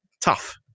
Tough